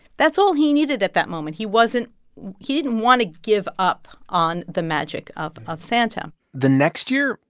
that's all he needed at that moment. he wasn't he didn't want to give up on the magic of of santa the next year,